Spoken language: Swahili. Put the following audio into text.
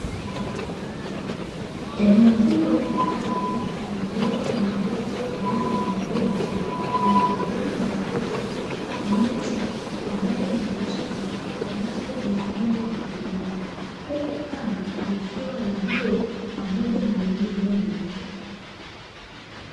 Eneo kubwa la ardhi lililo na mabonde pamoja na milima, lina majani mafupi, miti pamoja na vichaka, ambavyo vina rangi ya kijani, huku anga likiwa la bluu pamoja na wawingu meupe.